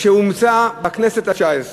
שהומצא בכנסת התשע-עשרה,